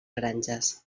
granges